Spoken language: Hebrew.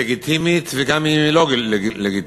לגיטימית וגם אם היא לא לגיטימית,